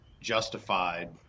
justified